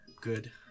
Good